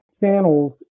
channels